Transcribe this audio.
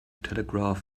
telegraph